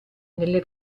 nelle